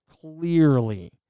clearly